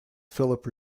philip